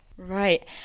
Right